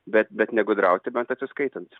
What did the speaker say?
bet bet negudrauti bent atsiskaitant